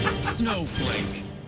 Snowflake